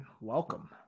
welcome